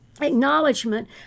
acknowledgement